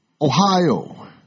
Ohio